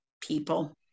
people